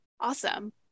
Awesome